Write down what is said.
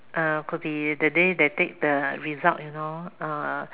uh could be that day they take the result you know uh